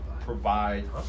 provide